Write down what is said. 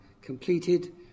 completed